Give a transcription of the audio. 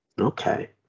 Okay